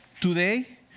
Today